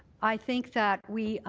i think that we